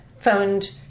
phoned